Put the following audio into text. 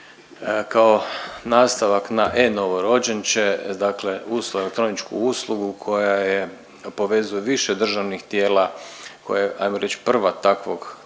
kao nastavak na e-novorođenče dakle uz elektroničku uslugu koja je povezuje više državnih tijela koja je ajmo reć prva takvog tipa